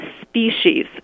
species